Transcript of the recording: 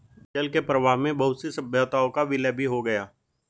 जल के प्रवाह में बहुत सी सभ्यताओं का विलय भी हो गया